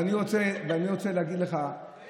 אני רוצה להגיד לך